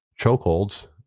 chokeholds